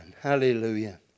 Hallelujah